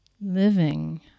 living